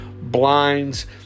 blinds